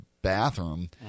bathroom